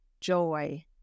joy